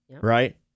right